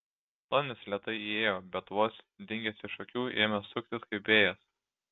tonis lėtai įėjo bet vos dingęs iš akių ėmė suktis kaip vėjas